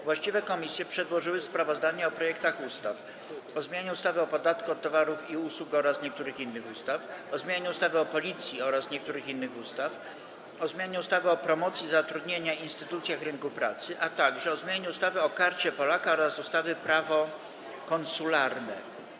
Właściwe komisje przedłożyły sprawozdania o projektach ustaw: - o zmianie ustawy o podatku od towarów i usług oraz niektórych innych ustaw, - o zmianie ustawy o Policji oraz niektórych innych ustaw, - o zmianie ustawy o promocji zatrudnienia i instytucjach rynku pracy, - o zmianie ustawy o Karcie Polaka oraz ustawy Prawo konsularne.